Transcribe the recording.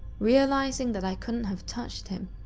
realising that i couldn't have touched him,